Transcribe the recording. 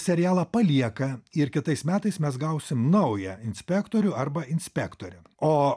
serialą palieka ir kitais metais mes gausim naują inspektorių arba inspektorę o